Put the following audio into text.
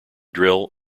drill